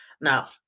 Now